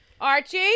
archie